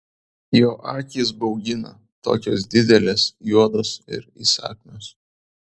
jo akys baugina tokios didelės juodos ir įsakmios